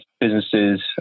businesses